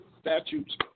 statutes